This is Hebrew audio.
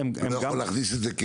לא יכול להכניס את זה?